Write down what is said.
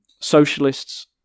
socialists